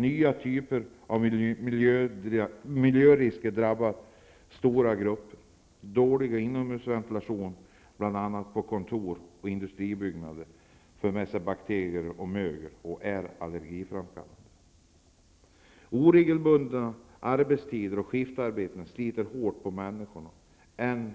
Nya typer av miljörisker drabbar stora grupper. Dålig inomhusventilation i bl.a. kontors och industribyggnader gör att bakterier och mögel framkallar allergier. Oregelbundna arbetstider och skiftarbete sliter hårdare på människor än